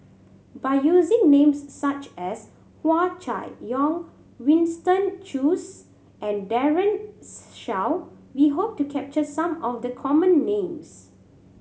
by using names such as Hua Chai Yong Winston Choos and Daren Shiau we hope to capture some of the common names